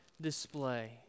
display